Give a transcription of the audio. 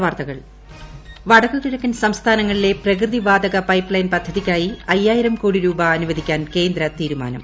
പൊതു വടക്കു കിഴക്കൻ സംസ്ഥാനങ്ങളിലെ പ്രകൃതി വാതക പൈപ്പ്ലൈൻ പദ്ധതിക്കായി അയ്യായിരം കോടി രൂപ അനുവദിക്കാൻ കേന്ദ്ര തീരുമാനം